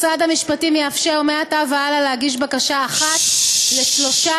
משרד המשפטים יאפשר מעתה והלאה להגיש בקשה אחת לשלושה דורות,